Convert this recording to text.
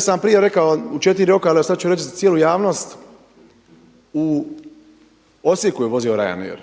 sam vam prije rekao u 4 roka a sada ću reći za cijelu javnost u Osijeku je vozio Ryanair